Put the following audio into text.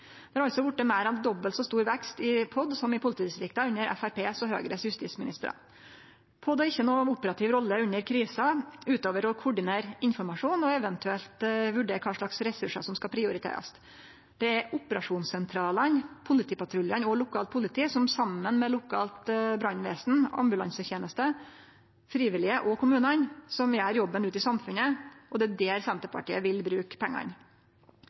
Det har altså vorte meir enn dobbelt så stor vekst i POD som i politidistrikta under justisministrane frå Framstegspartiet og Høgre. POD har ikkje noka operativ rolle under kriser utover å koordinere informasjon og eventuelt vurdere kva ressursar som skal prioriterast. Det er operasjonssentralane, politipatruljane og lokalt politi som saman med lokalt brannvesen, ambulanseteneste, frivillige og kommunane som gjer jobben ute i samfunnet, og det er der Senterpartiet vil bruke pengane.